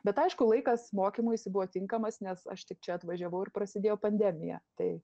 bet aišku laikas mokymuisi buvo tinkamas nes aš tik čia atvažiavau ir prasidėjo pandemija tai